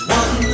one